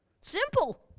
Simple